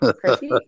Chrissy